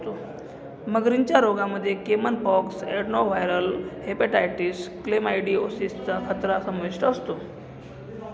मगरींच्या रोगांमध्ये caiman pox, adenoviral hepatitis, chlamydiosis चा खतरा समाविष्ट असतो